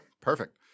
perfect